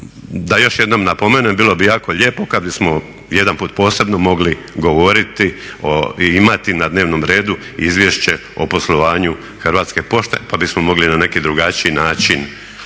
da još jednom napomenem bilo bi jako lijepo kad bismo jedan put posebno mogli govoriti i imati na dnevnom redu izvješće o poslovanju Hrvatske pošte pa bismo mogli na neki drugačiji način